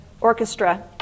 orchestra